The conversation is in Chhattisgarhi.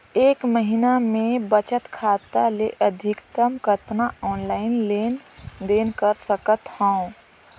एक महीना मे बचत खाता ले अधिकतम कतना ऑनलाइन लेन देन कर सकत हव?